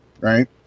right